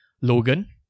Logan